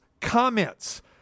comments